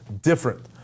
different